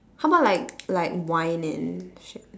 how bout like like wine and shit